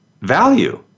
value